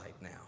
now